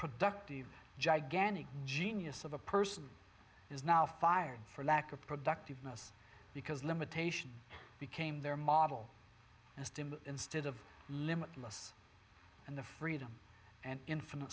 productive gigantic genius of a person is now fired for lack of productive most because limitation became their model and stim instead of limitless and the freedom and infinite